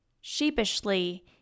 Sheepishly